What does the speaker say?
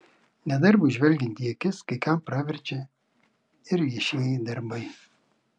nedarbui žvelgiant į akis kai kam praverčia ir viešieji darbai